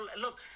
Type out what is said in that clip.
look